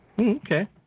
Okay